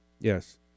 yes